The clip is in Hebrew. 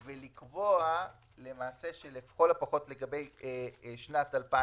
משק המדינה (תיקון מס' 10 והוראת שעה לשנת 2020)